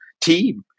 team